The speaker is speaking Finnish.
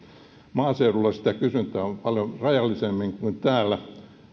maaseudulla sitä kysyntää on paljon rajallisemmin kuin täällä